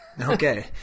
Okay